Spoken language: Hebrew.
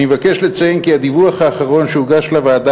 אני מבקש לציין כי הדיווח האחרון שהוגש לוועדה